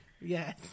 Yes